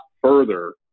further